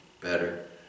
better